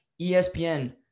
ESPN